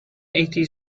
eighty